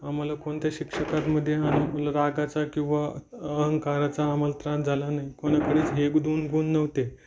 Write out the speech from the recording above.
आम्हाला कोणत्या शिक्षकांमध्ये रागाचा किंवा अहंकाराचा आम्हाला त्रास झाला नाही कोणाकडेच हे दोन गुण नव्हते